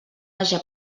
haja